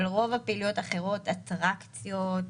אבל רוב הפעילויות האחרות אטרקציות,